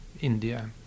India